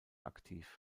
aktiv